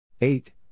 Eight